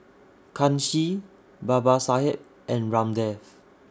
Kanshi Babasaheb and Ramdev